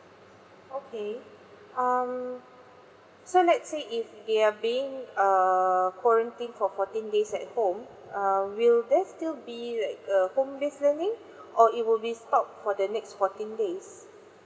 okay um so let's say if there are being err quarantine for fourteen days at home um will there still be like a home base learning or it would be stop for the next fourteen days